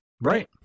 right